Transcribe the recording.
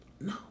No